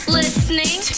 listening